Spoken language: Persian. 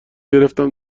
گرفتم